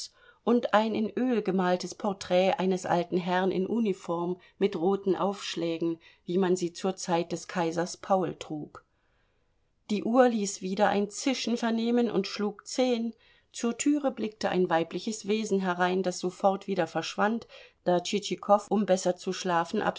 und ein in öl gemaltes porträt eines alten herrn in uniform mit roten aufschlägen wie man sie zur zeit des kaisers paul trug die uhr ließ wieder ein zischen vernehmen und schlug zehn zur türe blickte ein weibliches wesen herein das sofort wieder verschwand da tschitschikow um besser zu schlafen